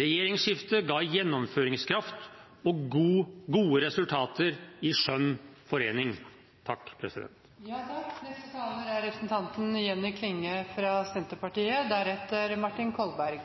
Regjeringsskiftet ga gjennomføringskraft og gode resultater i skjønn forening. Innanfor justissektoren har vi dei siste to åra sett at regjeringa trur at det å endre strukturar er